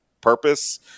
purpose